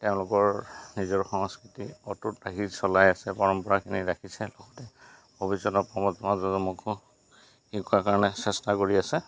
তেওঁলোকৰ নিজৰ সংস্কৃতি অটুট ৰাখি চলাই আছে পৰম্পৰাখিনি ৰাখিছে লগতে ভৱিষ্যতৰ প্ৰজন্মকো শিকোৱাৰ কাৰণে চেষ্টা কৰি আছে